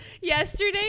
yesterday